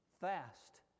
Fast